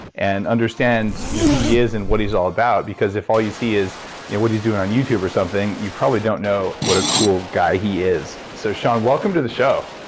and understand who he is and what he's all about. because if all you see is yeah what he's doing on youtube or something, you probably don't know what a cool guy he is. so shaun, welcome to the show!